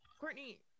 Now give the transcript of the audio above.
courtney